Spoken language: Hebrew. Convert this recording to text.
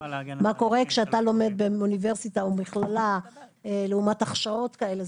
מה קורה כשאתה לומד באוניברסיטה או מכללה לעומת הכשרות כאלה.